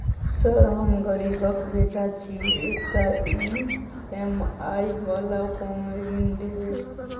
Sir हम गरीबक बेटा छी एकटा ई.एम.आई वला कोनो ऋण देबै?